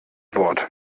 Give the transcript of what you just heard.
wort